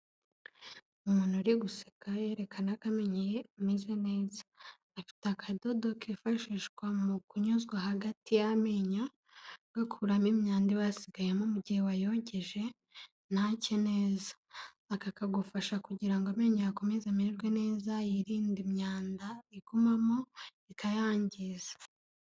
Umuntu uri guseka yerekana ko amenyo ye ameze neza, afite akadodo kifashishwa mu kunyuzwa hagati y'amenyo, gakuramo imyanda iba yasigayemo mu gihe wayogeje nake neza, aka kagufasha kugira ngo amenyo akomeze amererwe neza yirinde imyanda igumamo bikayangiza.